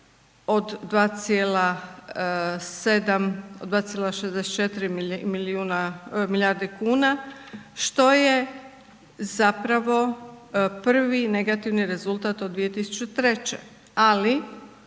2,64 milijardi kuna što je zapravo prvi negativni rezultat od 2003. Ali